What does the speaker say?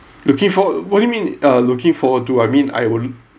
looking forward what you mean uh looking forward to I mean I will